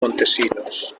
montesinos